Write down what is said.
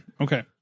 Okay